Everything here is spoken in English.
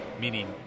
meaning